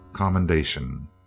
commendation